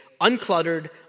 uncluttered